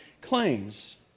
claims